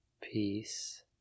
peace